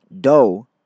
Dough